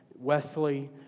Wesley